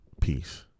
Peace